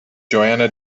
johanna